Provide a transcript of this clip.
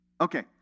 Okay